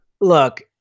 look